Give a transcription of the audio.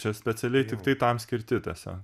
čia specialiai tiktai tam skirti tiesa